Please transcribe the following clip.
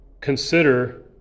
consider